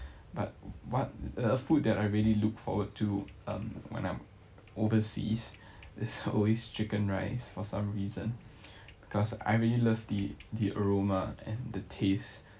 but what a food that I really look forward to um when I'm overseas it's always chicken rice for some reason because I really love the the aroma and the taste